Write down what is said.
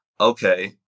okay